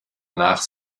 nach